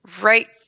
right